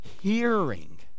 hearing